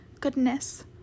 goodness